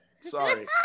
Sorry